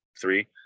three